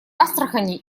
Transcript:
астрахани